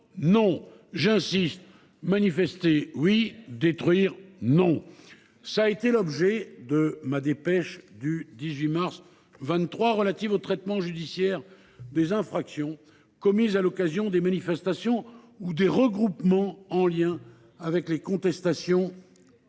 non ! Cela fait partie des exceptions ! Tel fut l’objet de ma dépêche du 18 mars 2023 relative au traitement judiciaire des infractions commises à l’occasion des manifestations ou des regroupements en lien avec les contestations